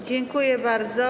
Dziękuję bardzo.